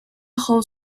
whole